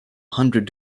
hundred